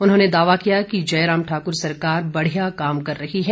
उन्होंने दावा किया कि जयराम ठाकुर सरकार बढिया काम कर रही है